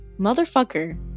motherfucker